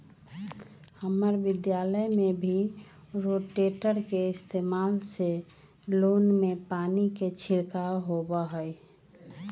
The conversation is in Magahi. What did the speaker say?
हम्मर विद्यालय में भी रोटेटर के इस्तेमाल से लोन में पानी के छिड़काव होबा हई